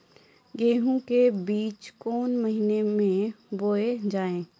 गेहूँ के बीच कोन महीन मे बोएल जाए?